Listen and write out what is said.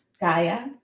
Gaia